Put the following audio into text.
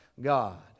God